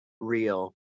real